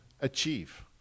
achieve